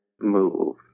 move